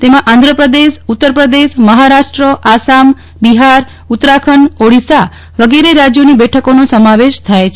તેમાં આન્દ્રપ્રદેશ ઉત્તરપ્રદેશ મહારાષ્ટ્ર આસામ બિહાર ઉત્તરાખંડ ઓડીશા વગેરે રાજ્યોની બેઠકોનો સમાવેશ થાય છે